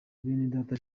benedata